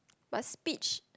but speech